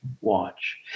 watch